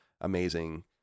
amazing